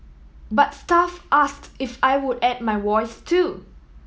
but staff asked if I would add my voice too